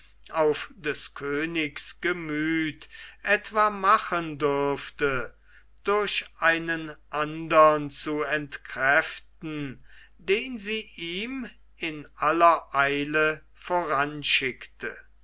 auf des königs gemüth etwa machen dürfte durch einen andern zu entkräften den sie ihm in aller eile